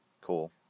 Cool